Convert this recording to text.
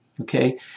okay